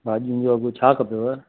भाॼियूं वाॼियूं छा खपेव